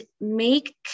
make